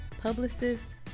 publicists